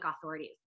authorities